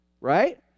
right